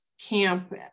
camp